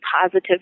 positive